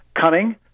cunning